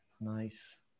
nice